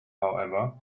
however